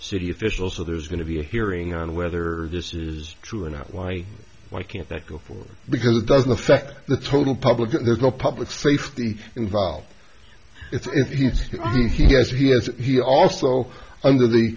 city officials so there's going to be a hearing on whether this is true or not why why can't that go forward because it doesn't affect the total public there's no public safety involved it's yes he is he also under the